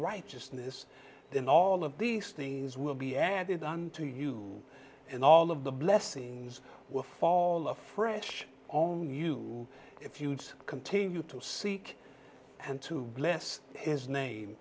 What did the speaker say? righteousness then all of these things will be added unto you and all of the blessings will fall afresh on you if you continue to seek and to bless his name